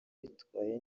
witwaye